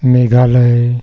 Meghalaya